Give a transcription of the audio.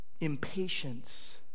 impatience